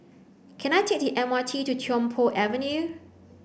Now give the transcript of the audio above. can I take the M R T to Tiong Poh Avenue